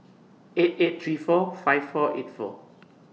eight eight three four five four eight four